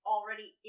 already